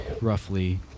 roughly